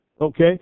okay